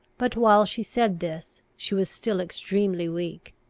but, while she said this, she was still extremely weak.